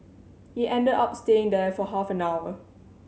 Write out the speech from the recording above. he ended up staying there for half an hour